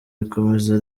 rikomeza